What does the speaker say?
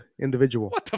individual